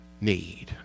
need